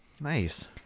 Nice